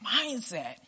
mindset